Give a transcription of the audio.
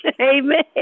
amen